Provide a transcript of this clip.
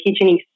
kitchen